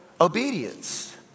obedience